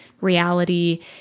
reality